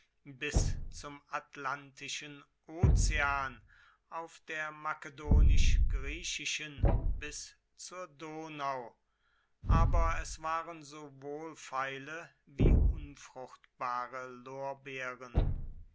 bis zum atlantischen ozean auf der makedonisch griechischen bis zur donau aber es waren so wohlfeile wie unfruchtbare lorbeeren